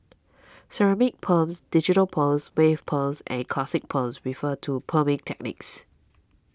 ceramic perms digital perms wave perms and classic perms refer to perming techniques